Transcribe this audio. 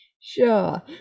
Sure